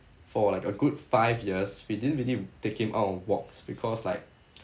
for like a good five years we didn't really take him out on walks because like